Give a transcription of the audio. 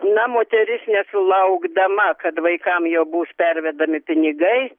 na moteris nesulaukdama kad vaikam jau bus pervedami pinigai